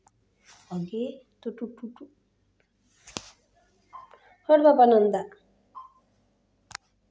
वाटाण्यावर लाल कलरचे डाग पडले आहे तर ती कोणती कीड आहे?